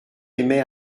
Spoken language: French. émet